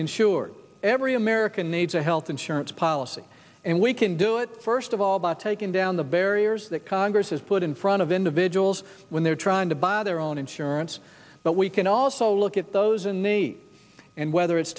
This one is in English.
insured every american needs health insurance policy and we can do it first of all about taking down the barriers that congress has put in front of individuals when they're trying to buy their own insurance but we can also look at those in the end whether it's